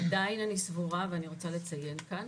עדיין אני סבורה ואני רוצה לציין כאן